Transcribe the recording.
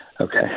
Okay